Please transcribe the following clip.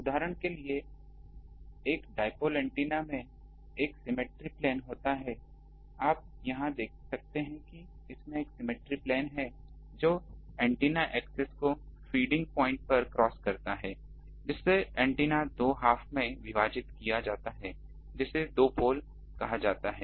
उदाहरण के लिए एक डाइपोल एंटीना में एक सिमेट्री प्लेन होता है आप यहां देख सकते हैं कि इसमें एक सिमेट्री प्लेन है जो एंटीना एक्सिस को फीडिंग पॉइंट पर क्रॉस करता है जिससे एंटीना को दो हाफ में विभाजित किया जाता है जिसे दो पोल कहा जाता है